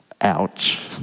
Ouch